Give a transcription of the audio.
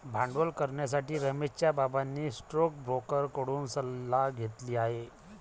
भांडवल करण्यासाठी रमेशच्या बाबांनी स्टोकब्रोकर कडून सल्ला घेतली आहे